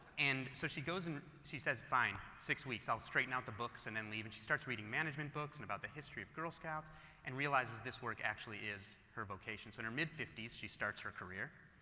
and so she goes and she says, fine. six weeks. i'll straighten out the books and then leave and she starts reading management books and about the history of girl scouts and realizes this work actually is her vocation. so in her mid fifty s she starts her career,